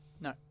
No